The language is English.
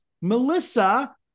Melissa